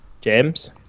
James